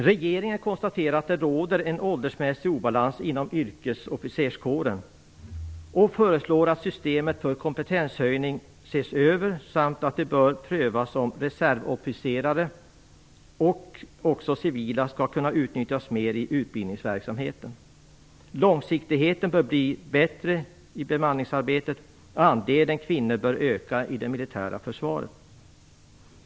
Regeringen konstaterar att det råder en åldersmässig obalans inom yrkesofficerskåren och föreslår att systemet för kompetenshöjning ses över samt att det bör prövas om reservofficerare och också civila skall kunna utnyttjas mer i utbildningsverksamheten. Långsiktigheten bör bli bättre i bemanningsarbetet, och andelen kvinnor bör öka i det militära försvaret.